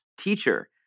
teacher